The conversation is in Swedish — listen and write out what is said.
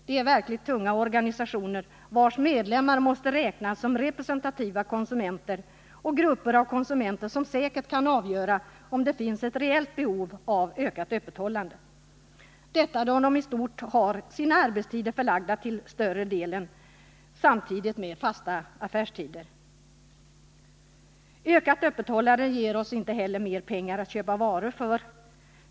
Det är verkligt tunga organisationer, vilkas medlemmar måste räknas såsom representativa konsumenter och grupper av konsumenter, som säkert kan avgöra om det finns ett reellt behov av ökat öppethållande, eftersom de i stort har sina arbetstider förlagda till samma tider som de fasta affärstiderna. Ökat öppethållande ger oss inte heller mer pengar att köpa varor för.